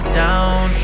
down